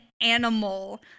animal